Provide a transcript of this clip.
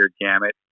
gamut